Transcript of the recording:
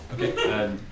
Okay